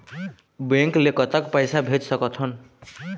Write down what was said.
Bank ले कतक पैसा भेज सकथन?